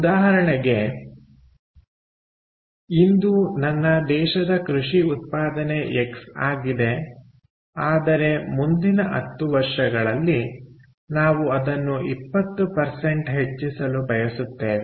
ಉದಾಹರಣೆಗೆ ಇಂದು ನನ್ನ ದೇಶದ ಕೃಷಿ ಉತ್ಪಾದನೆ ಎಕ್ಸ್ ಆಗಿದೆ ಆದರೆ ಮುಂದಿನ 10 ವರ್ಷಗಳಲ್ಲಿ ನಾವು ಅದನ್ನು 20 ಹೆಚ್ಚಿಸಲು ಬಯಸುತ್ತೇನೆ